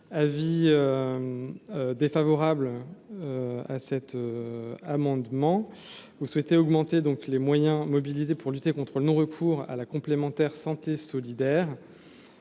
avis défavorable à cet amendement, vous souhaitez augmenter donc les moyens mobilisés pour lutter contre le non-recours à la complémentaire santé solidaire